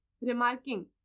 remarking